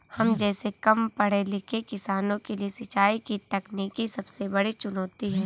हम जैसै कम पढ़े लिखे किसानों के लिए सिंचाई की तकनीकी सबसे बड़ी चुनौती है